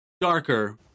Darker